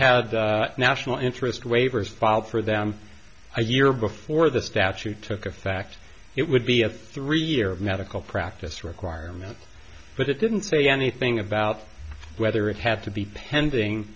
had the national interest waivers filed for them i year before the statute took effect it would be a three year medical practice requirement but it didn't say anything about whether it had to be pending